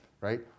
right